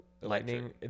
lightning